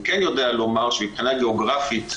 אני כן יודע לומר שמבחינה גיאוגרפית,